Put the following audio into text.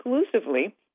exclusively